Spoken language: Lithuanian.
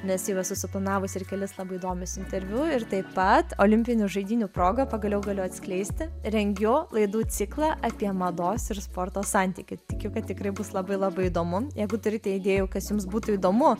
nes jau esu suplanavusi ir kelis labai įdomius interviu ir taip pat olimpinių žaidynių proga pagaliau galiu atskleisti rengiu laidų ciklą apie mados ir sporto santykį tikiu kad tikrai bus labai labai įdomu jeigu turite idėjų kas jums būtų įdomu